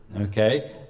Okay